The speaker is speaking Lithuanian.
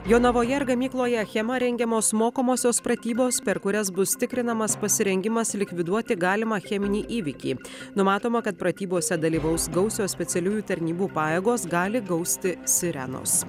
jonavoje ar gamykloje achema rengiamos mokomosios pratybos per kurias bus tikrinamas pasirengimas likviduoti galimą cheminį įvykį numatoma kad pratybose dalyvaus gausios specialiųjų tarnybų pajėgos gali gausti sirenos